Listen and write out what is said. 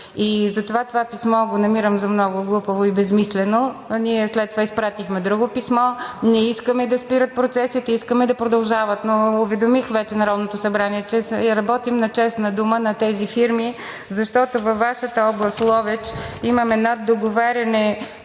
и затова това писмо го намирам за много глупаво и безсмислено. След това изпратихме друго писмо. Не искаме да спират процесите, искаме да продължават. Уведомих вече Народното събрание, че работим на честна дума на тези фирми, защото във Вашата област – Ловеч, имаме наддоговаряне.